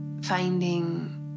finding